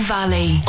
Valley